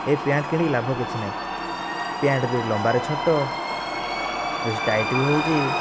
ଏ pant କିଣିକି ଲାଭ କିଛି ନାହିଁ ପ୍ୟାଣ୍ଟ ବି ଲମ୍ବାରେ ଛୋଟ ବେଶି ଟାଇଟ୍ ବି ହେଉଛି